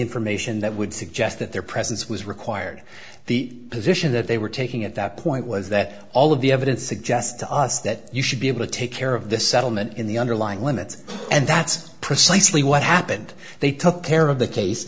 information that would suggest that their presence was required the position that they were taking at that point was that all of the evidence suggest to us that you should be able to take care of the settlement in the underlying limits and that's precisely what happened they took care of the case